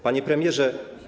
Panie Premierze!